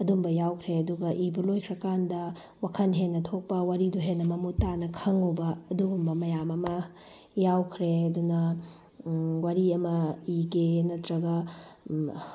ꯑꯗꯨꯒꯨꯝꯕ ꯌꯥꯎꯈ꯭ꯔꯦ ꯑꯗꯨꯒ ꯏꯕ ꯂꯣꯏꯈ꯭ꯔꯀꯥꯟꯗ ꯋꯥꯈꯜ ꯍꯦꯟꯅ ꯊꯣꯛꯄ ꯋꯥꯔꯤꯗꯣ ꯍꯦꯟꯅ ꯃꯃꯨꯠ ꯇꯥꯅ ꯈꯪꯉꯨꯕ ꯑꯗꯨꯒꯨꯝꯕ ꯃꯌꯥꯝ ꯑꯃ ꯌꯥꯎꯈ꯭ꯔꯦ ꯑꯗꯨꯅ ꯋꯥꯔꯤ ꯑꯃ ꯏꯒꯦ ꯅꯠꯇ꯭ꯔꯒ